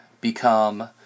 become